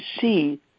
see